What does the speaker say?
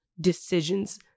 decisions